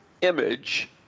image